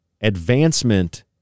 advancement